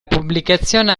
pubblicazione